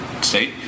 state